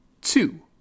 two